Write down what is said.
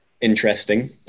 interesting